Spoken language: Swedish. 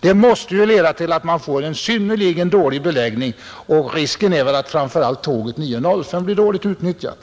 Det måste leda till att man får en synnerligen dålig beläggning, och risken är framför allt att tåget kl. 9.05 blir dåligt utnyttjat.